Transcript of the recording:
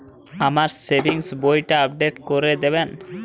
আমার সেভিংস বইটা আপডেট করে দেবেন?